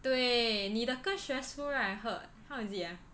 对你的更 stressful right I heard how is it ah